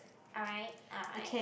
alright alright